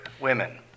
women